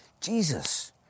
Jesus